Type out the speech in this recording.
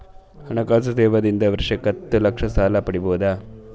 ಹಣಕಾಸು ಸೇವಾ ದಿಂದ ವರ್ಷಕ್ಕ ಹತ್ತ ಲಕ್ಷ ಸಾಲ ಪಡಿಬೋದ?